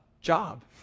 job